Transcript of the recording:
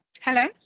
Hello